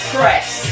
Press